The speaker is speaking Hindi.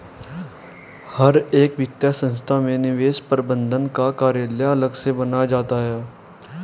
हर एक वित्तीय संस्था में निवेश प्रबन्धन का कार्यालय अलग से बनाया जाता है